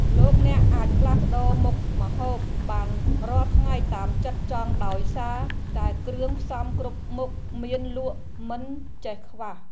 លោកអ្នកអាចផ្លាស់ប្តូរមុខម្ហូបបានរាល់ថ្ងៃតាមចិត្តចង់ដោយសារតែគ្រឿងផ្សំគ្រប់មុខមានលក់មិនចេះខ្វះ។